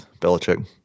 Belichick